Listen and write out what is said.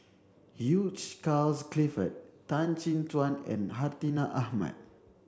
Hugh Charles Clifford Tan Chin Tuan and Hartinah Ahmad